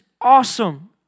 awesome